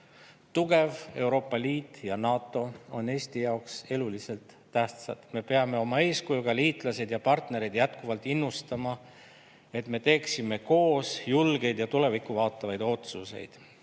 Tugev Euroopa Liit ja NATO on Eesti jaoks eluliselt tähtsad. Me peame oma eeskujuga liitlasi ja partnereid jätkuvalt innustama, et me teeksime koos julgeid ja tulevikku vaatavaid otsuseid.